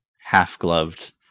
half-gloved